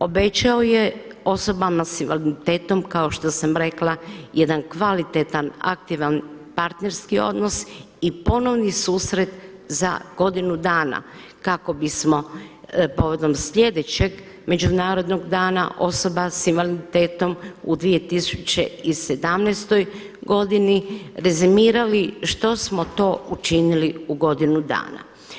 Obećao je osobama sa invaliditetom kao što sam rekla jedan kvalitetan aktivan partnerski odnos i ponovni susret za godinu dana kako bismo povodom sljedećeg Međunarodnog dana osoba sa invaliditetom u 2017. godini rezimirali što smo to učinili u godinu dana.